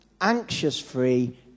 anxious-free